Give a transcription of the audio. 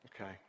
Okay